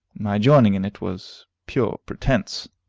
my joining in it was pure pretence.